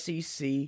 SEC